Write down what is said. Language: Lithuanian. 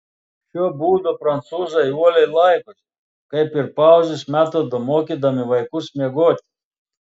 šio būdo prancūzai uoliai laikosi kaip ir pauzės metodo mokydami vaikus miegoti